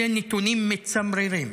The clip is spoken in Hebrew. אלה נתונים מצמררים.